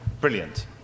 brilliant